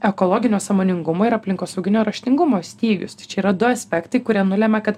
ekologinio sąmoningumo ir aplinkosauginio raštingumo stygius čia yra du aspektai kurie nulemia kad